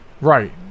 Right